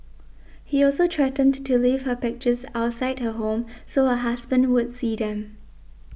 he also threatened to leave her pictures outside her home so her husband would see them